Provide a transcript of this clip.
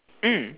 mm